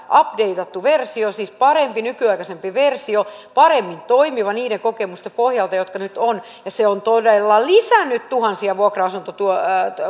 updeitattu versio siis parempi nykyaikaisempi versio paremmin toimiva niiden kokemusten pohjalta joita nyt on se on todella lisännyt tuhansia